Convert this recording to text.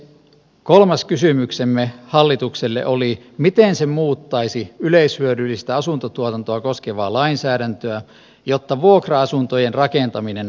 kolmas kysymyksemme hallitukselle oli miten se muuttaisi yleishyödyllistä asuntotuotantoa koskevaa lainsäädäntöä jotta vuokra asuntojen rakentaminen vauhdittuisi